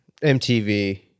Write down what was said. MTV